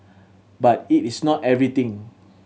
but it is not everything